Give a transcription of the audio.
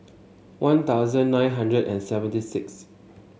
One Thousand nine hundred and seventy sixth